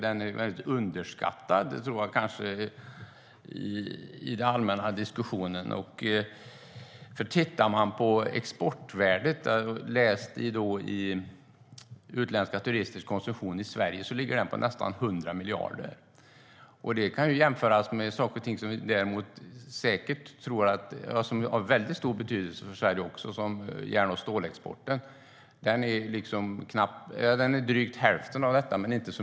Den är kraftigt underskattad i den allmänna diskussionen, tror jag. Man kan titta på exportvärdet. Utländska turisters konsumtion i Sverige ligger på nästan 100 miljarder. Det kan jämföras med saker och ting som de flesta säkert anser har väldigt stor betydelse för Sverige, som järn och stålexporten. Den är drygt hälften av detta.